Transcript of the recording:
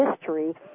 history